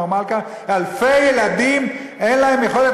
"אור מלכה" אלפי ילדים אין להם יכולת